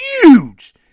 huge